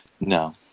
No